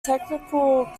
technical